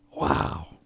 Wow